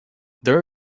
there